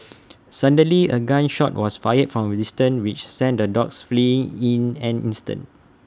suddenly A gun shot was fired from A distance which sent the dogs fleeing in an instant